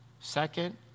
Second